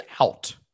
out